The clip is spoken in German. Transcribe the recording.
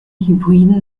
hybriden